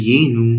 ಇದು ಏನು